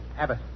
Abbott